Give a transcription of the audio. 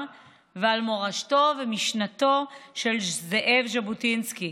ועל מורשתו ומשנתו של זאב ז'בוטינסקי.